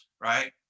Right